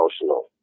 emotional